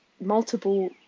multiple